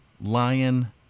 lion